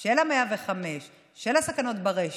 של 105 על הסכנות ברשת.